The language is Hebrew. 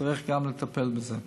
נצטרך גם לטפל בזה.